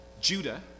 Judah